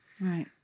Right